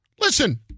listen